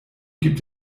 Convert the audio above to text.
gibt